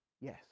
yes